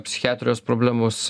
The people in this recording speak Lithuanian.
psichiatrijos problemos